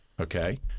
okay